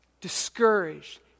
discouraged